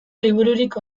libururik